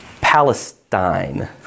Palestine